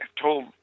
told